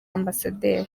amb